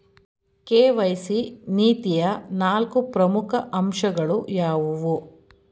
KYC ನೀತಿಯ ನಾಲ್ಕು ಪ್ರಮುಖ ಅಂಶಗಳು ಯಾವುವು?